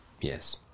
Yes